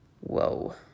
Whoa